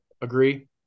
agree